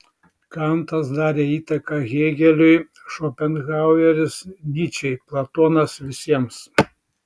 kantas darė įtaką hėgeliui šopenhaueris nyčei platonas visiems